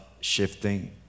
shifting